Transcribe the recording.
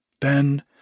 Then